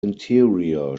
interior